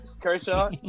Kershaw